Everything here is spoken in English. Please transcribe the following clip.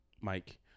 Mike